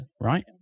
Right